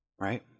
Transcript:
right